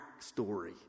backstory